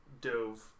dove